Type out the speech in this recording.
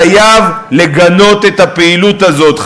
חייב לגנות את הפעילות הזאת,